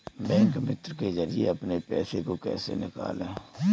Bank मित्र के जरिए अपने पैसे को कैसे निकालें?